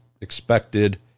expected